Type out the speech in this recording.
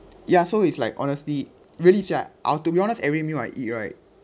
ya so it's like honestly really I want to be honest every meal I eat right